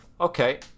Okay